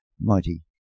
Mighty